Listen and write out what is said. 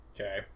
Okay